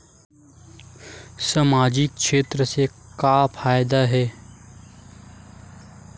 सामजिक क्षेत्र से का फ़ायदा हे?